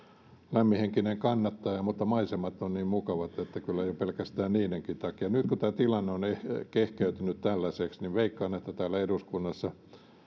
lämminhenkinen kannattaja mutta maisemat ovat niin mukavat että kyllä jo pelkästään niidenkin takia nyt kun tämä tilanne on kehkeytynyt tällaiseksi niin veikkaan että täällä eduskunnassa